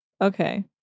Okay